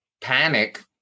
panic